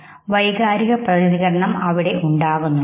ഒരു വൈകാരിക പ്രതികരണം അവിടെ ഉണ്ടാകുന്നുണ്ട്